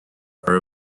are